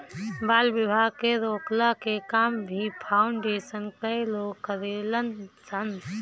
बाल विवाह के रोकला के काम भी फाउंडेशन कअ लोग करेलन सन